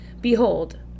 Behold